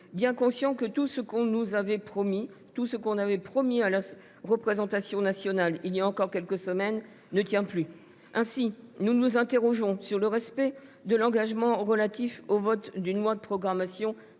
bien conscients que tout ce qui avait été promis à la représentation nationale il y a encore quelques semaines ne tient plus. Ainsi, nous nous interrogeons sur le respect de l’engagement relatif au vote d’une loi de programmation